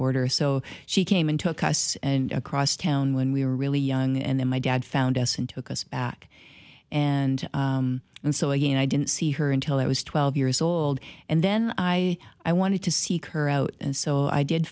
order so she came and took us and across town when we were really young and then my dad found us and took us back and and so again i didn't see her until i was twelve years old and then i i wanted to seek her out and so i did